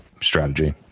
strategy